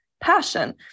passion